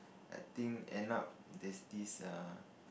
I think end up there's this err